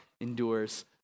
endures